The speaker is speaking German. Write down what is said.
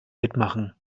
mitmachen